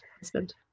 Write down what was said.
husband